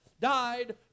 died